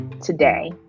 today